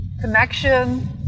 connection